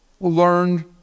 learned